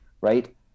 right